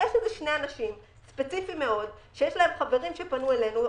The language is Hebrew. יש שני אנשים ספציפיים מאוד שיש להם חברים שפנו אלינו,